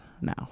now